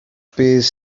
space